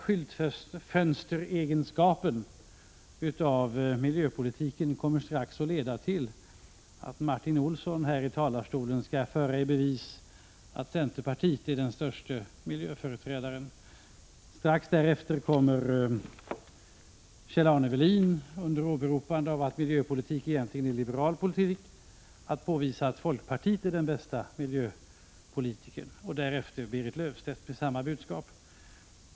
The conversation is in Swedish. Skyltfönsteregenskapen hos miljöpolitiken kommer strax att leda till att Martin Olsson här i talarstolen skall föra i bevis att centerpartiet är den främsta miljöföreträdaren. Strax därefter kommer Kjell-Arne Welin, under åberopande av att miljöpolitik egentligen är liberal politik, att påvisa att folkpartister är de bästa miljöpolitikerna. Och sedan kommer Berit Löfstedt med samma budskap på sitt partis vägnar.